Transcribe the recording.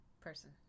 person